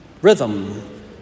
Rhythm